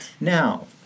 Now